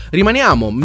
Rimaniamo